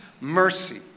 mercy